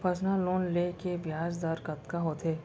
Personal loan ले के ब्याज दर कतका होथे?